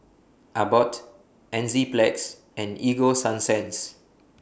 Abbott Enzyplex and Ego Sunsense